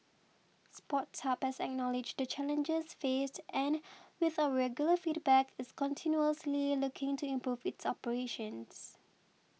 Sports Hub has acknowledged the challenges faced and with our regular feedback is continuously looking to improve its operations